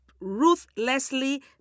ruthlessly